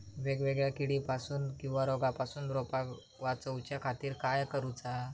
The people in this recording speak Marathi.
वेगवेगल्या किडीपासून किवा रोगापासून रोपाक वाचउच्या खातीर काय करूचा?